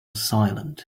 silent